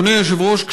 אדוני היושב-ראש,